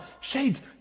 shades